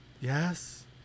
Yes